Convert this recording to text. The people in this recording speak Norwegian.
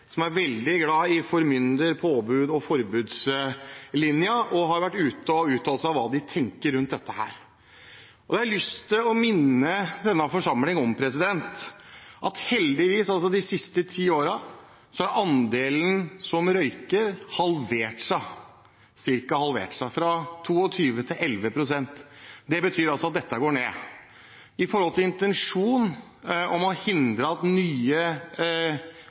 som er veldig glad i formynder-, påbuds- og forbudslinjen, og som har vært ute og uttalt seg om hva de tenker rundt dette. Jeg har lyst til å minne denne forsamlingen om at de siste ti årene er heldigvis andelen som røyker, halvert, fra 22 pst. til 11 pst. Det betyr altså at dette går ned. Intensjonen om å hindre at nye